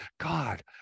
God